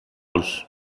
los